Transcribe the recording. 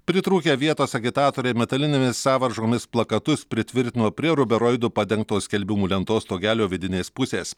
pritrūkę vietos agitatoriai metalinėmis sąvaržomis plakatus pritvirtino prie ruberoidu padengtos skelbimų lentos stogelio vidinės pusės